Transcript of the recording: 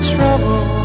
trouble